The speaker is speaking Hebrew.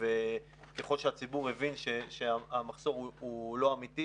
וככול שהציבור הבין שהמחסור לא אמיתי